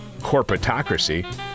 corporatocracy